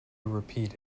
repeat